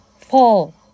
fall